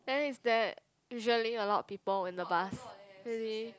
then is there usually a lot of people in the bus really